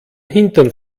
hintern